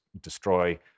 destroy